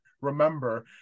remember